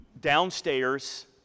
downstairs